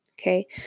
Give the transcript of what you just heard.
Okay